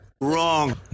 Wrong